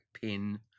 pin